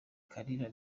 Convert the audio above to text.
kalira